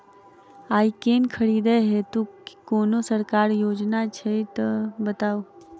आइ केँ खरीदै हेतु कोनो सरकारी योजना छै तऽ बताउ?